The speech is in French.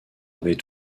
avait